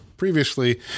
previously